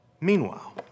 Meanwhile